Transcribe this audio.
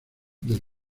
del